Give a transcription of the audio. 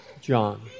John